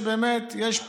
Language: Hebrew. אבל אני חושב שבאמת יש פה,